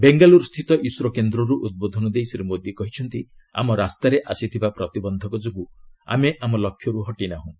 ବେଙ୍ଗାଲୁରୁସ୍ଥିତ ଇସ୍ରୋ କେନ୍ଦ୍ରରୁ ଉଦ୍ବୋଧନ ଦେଇ ଶ୍ରୀ ମୋଦି କହିଛନ୍ତି ଆମ ରାସ୍ତାରେ ଆସିଥିବା ପ୍ରତିବନ୍ଧକ ଯୋଗୁଁ ଆମେ ଆମ ଲକ୍ଷ୍ୟରୁ ହଟିନାହୁଁ